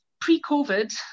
Pre-Covid